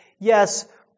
yes